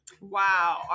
Wow